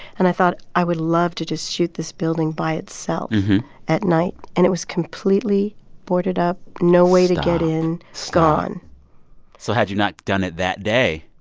and i thought, i would love to just shoot this building by itself at night. and it was completely boarded up no way to get in stop. stop gone so had you not done it that day.